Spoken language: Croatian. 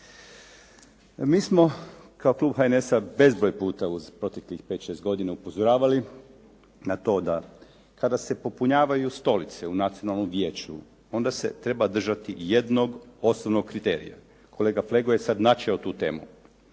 Mi smo kao klub HNS-a bezbroj puta u proteklih pet, šest godina upozoravali na to da kada se popunjavaju stolice u Nacionalnom vijeću onda se treba držati jednog osobnog kriterija. Kolega Flego je sad načeo tu temu.